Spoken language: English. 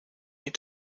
need